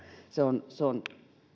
se on se on